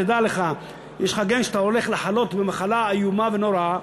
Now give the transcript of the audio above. דע לך שיש לך גן שאתה הולך לחלות במחלה איומה ונוראה,